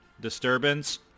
disturbance